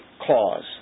Clause